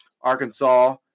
Arkansas